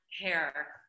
hair